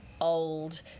old